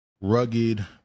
rugged